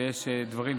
שכשיש דברים חשובים,